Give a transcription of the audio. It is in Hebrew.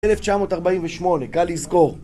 1948, קל לזכור.